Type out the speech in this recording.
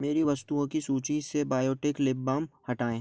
मेरी वस्तुओं की सूची से बायोटीक़ लिप बाम हटाएँ